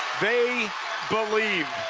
they believe.